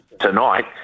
tonight